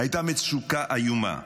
הייתה מצוקה איומה,